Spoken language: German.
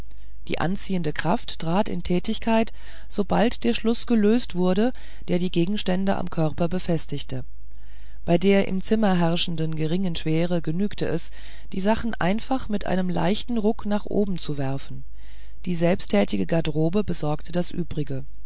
die anziehende kraft trat in tätigkeit sobald der schluß gelöst wurde der die gegenstände am körper befestigte bei der im zimmer herrschenden geringen schwere genügte es die sachen einfach mit einem leichten ruck nach oben zu werfen die selbsttätige garderobe besorgte das übrige